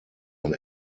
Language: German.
ein